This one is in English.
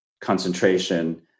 concentration